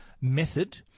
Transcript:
method